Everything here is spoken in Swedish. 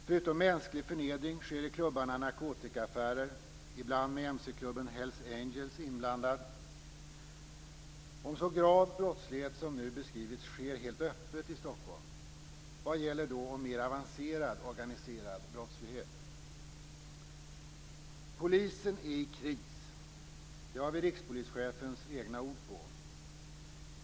Förutom mänsklig förnedring sker i klubbarna narkotikaaffärer, ibland med mc-klubben Hells Angels inblandad. Om så grav brottslighet som nu beskrivits sker helt öppet i Stockholm, vad gäller då om mer avancerad organiserad brottslighet? Polisen är i kris. Det har vi rikspolischefens egna ord på.